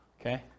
Okay